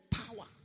power